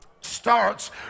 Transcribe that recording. starts